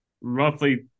roughly